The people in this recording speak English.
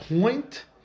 point